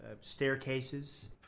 staircases